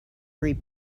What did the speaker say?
free